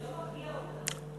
זה לא מרגיע אותנו.